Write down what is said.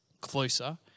closer